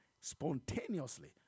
spontaneously